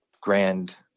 grand